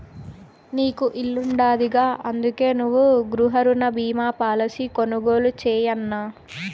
నీకు ఇల్లుండాదిగా, అందుకే నువ్వు గృహరుణ బీమా పాలసీ కొనుగోలు చేయన్నా